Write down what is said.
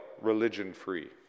religion-free